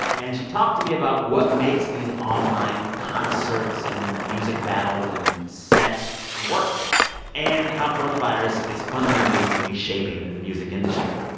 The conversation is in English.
and she talked to me about what makes these online concerts and music battles and sets work and how coronavirus is fundamentally reshaping the music industry